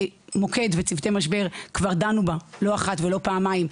מוקד וצוותי משבר כבר נידונו לא אחת ולא פעמיים,